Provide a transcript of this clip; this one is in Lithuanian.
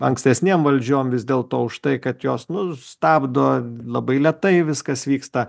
ankstesnėm valdžiom vis dėlto už tai kad jos nu stabdo labai lėtai viskas vyksta